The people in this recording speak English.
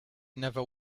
never